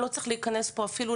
לא צריך אפילו להיכנס לפרטים.